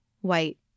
white